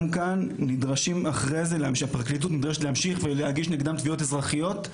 כאן הפרקליטות נדרשת להמשיך ולהגיש נגדם תביעות אזרחיות,